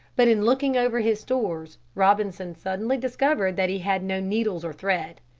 but in looking over his stores, robinson suddenly discovered that he had no needles or thread.